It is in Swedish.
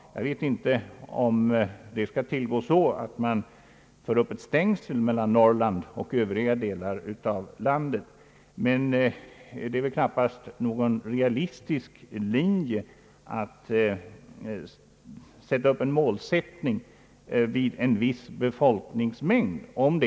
Jag vet inte om detta skall ske på det sättet att man sätter upp ett stängsel mellan Norrland och övriga delar av landet. Det är dock knappast realistiskt att göra upp en målsättning vid en viss folkmängd.